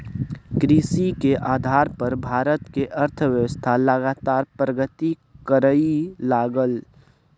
कृषि के आधार पर भारत के अर्थव्यवस्था लगातार प्रगति करइ लागलइ